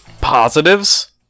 Positives